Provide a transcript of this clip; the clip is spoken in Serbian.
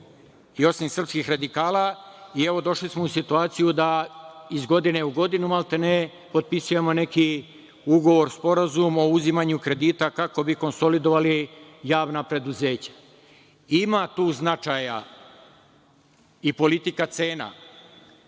i osim srpskih radikala i evo došli smo u situaciju da iz godine u godinu, maltene, potpisujemo neki ugovor, sporazum o uzimanju kredita kako bi konsolidovali javna preduzeća. Ima tu značaja i politika cena